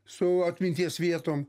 su atminties vietom